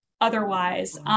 otherwise